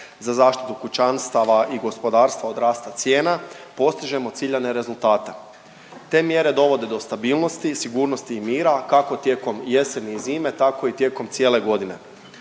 za zaštitu kućanstava i gospodarstva od rasta cijena postižemo ciljane rezultate. Te mjere dovode do stabilnosti, sigurnosti i mira, kako tijekom jeseni i zime tako i tijekom cijele godine.